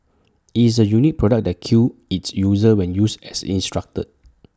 IT is A unique product that kills its user when used as instructed